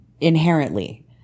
inherently